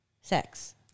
sex